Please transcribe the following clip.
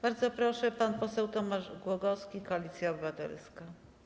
Bardzo proszę, pan poseł Tomasz Głogowski, Koalicja Obywatelska.